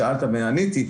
שאלת ועניתי.